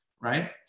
Right